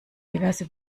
diverse